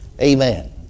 Amen